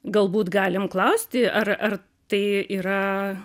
galbūt galim klausti ar ar tai yra